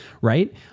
right